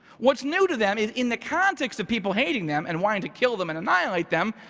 what's new to them is in the context of people hating them and wanting to kill them and annihilate them,